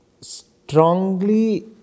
strongly